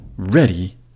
ready